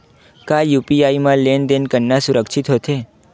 का यू.पी.आई म लेन देन करना सुरक्षित होथे?